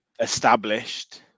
Established